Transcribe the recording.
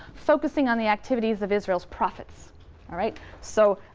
focusing on the activities of israel's prophets. all right? so,